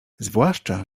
zwłaszcza